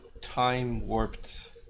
time-warped